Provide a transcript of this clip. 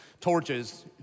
torches